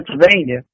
Pennsylvania